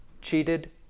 cheated